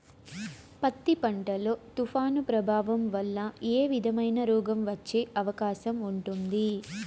పత్తి పంట లో, తుఫాను ప్రభావం వల్ల ఏ విధమైన రోగం వచ్చే అవకాశం ఉంటుంది?